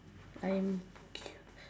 I am cu~